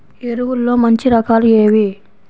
ఎరువుల్లో మంచి రకాలు ఏవి?